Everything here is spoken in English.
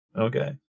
Okay